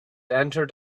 entered